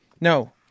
No